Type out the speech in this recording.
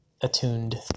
attuned